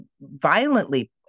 violently